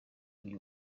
uyu